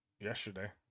yesterday